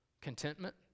contentment